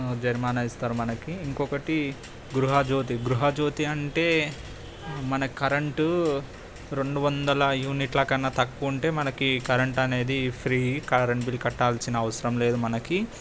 జరిమానా ఇస్తారు మనకి ఇంకా ఒకటి గృహజ్యోతి గృహజ్యోతి అంటే మన కరంటు రెండు వందల యూనిట్ల కన్నా తక్కువ ఉంటే మనకి కరెంటు అనేది ఫ్రీ కరంట్ బిల్ కట్టాల్సిన అవసరం లేదు మనకి